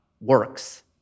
works